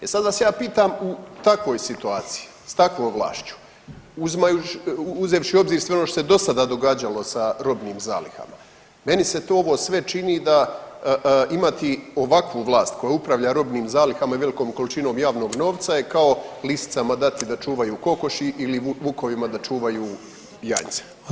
E sad vas ja pitam u takvoj situaciji, s takovom vlašću uzimajući, uzevši u obzir sve ono što se dosada događalo sa robnim zalihama, meni se to ovo sve čini da imati ovakvu vlast koja upravlja robnim zalihama i velikom količinom javnog novca je kao lisicama dati da čuvaju kokoši ili vukovima da čuvaju janjce.